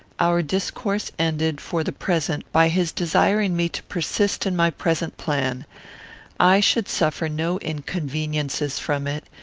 our discourse ended, for the present, by his desiring me to persist in my present plan i should suffer no inconveniences from it,